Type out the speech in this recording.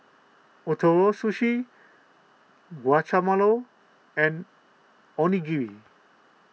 Ootoro Sushi Guacamole and Onigiri